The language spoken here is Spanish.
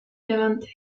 levante